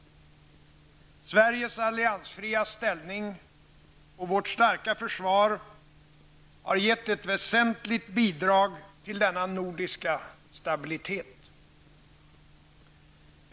Sveriges alliansfria ställning och vårt starka försvar har gett ett väsentligt bidrag till denna nordiska stabilitet.